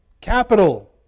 capital